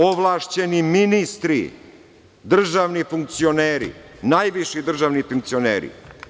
Ovlašćeni ministri, državni funkcioneri, najviši državni funkcioneri.